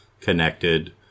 connected